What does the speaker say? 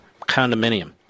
condominium